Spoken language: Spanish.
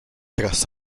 tras